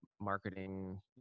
marketing